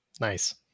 Nice